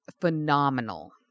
phenomenal